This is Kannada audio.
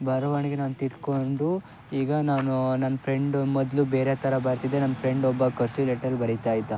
ಬರವಣಿಗೆ ನಾನು ತಿದ್ದಿಕೊಂಡು ಈಗ ನಾನು ನನ್ನ ಫ್ರೆಂಡ್ ಮೊದಲು ಬೇರೆ ಥರ ಬರಿತಿದ್ದೆ ನನ್ನ ಫ್ರೆಂಡ್ ಒಬ್ಬ ಕರ್ಸಿವ್ ಲೆಟರ್ ಬರಿತಾ ಇದ್ದ